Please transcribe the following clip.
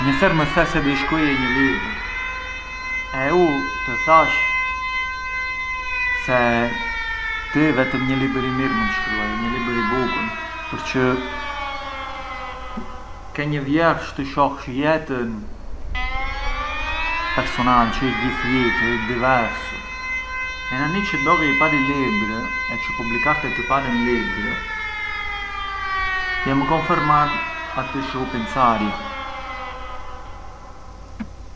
Një herë me the se kish shkruaje një libër e u të thash se ti vetëm një libër i mirë mënd shkruaje, një libër i bukur përçë ke një vjersh të shohsh jetën personali, gjith jiti, ë diversu e nani çë dolli i pari libër, çë publikarte të parin libër, je më konfermar atë çë u pincarja.